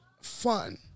fun